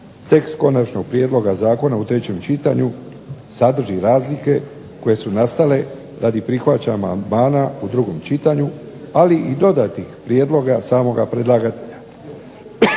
tekst Konačnog prijedloga zakona u trećem čitanju sadrži razlike koje su nastale radi prihvaćanja amandmana u drugom čitanju ali i dodatnih prijedloga samoga predlagatelja.